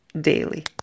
daily